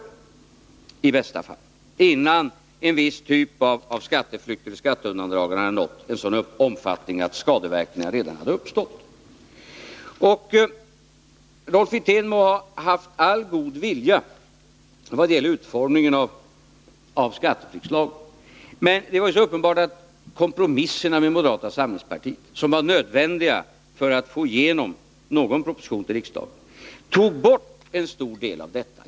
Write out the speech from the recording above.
Man skulle kunna ingripa innan en viss typ av skatteflykt eller skatteundandragande nått en sådan omfattning att skadeverkningar redan hade uppstått. Rolf Wirtén må ha haft all god vilja när det gällde utformningen av skatteflyktslagen, men det är uppenbart att de kompromisser med moderata samlingspartiet som var nödvändiga för att få igenom en proposition till riksdagen tog bort en stor del av möjligheterna.